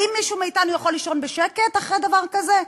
האם מישהו מאתנו יכול לישון בשקט אחרי דבר כזה?